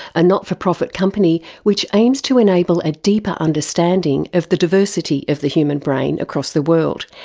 a not-for-profit company which aims to enable a deeper understanding of the diversity of the human brain across the world,